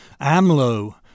AMLO